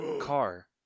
car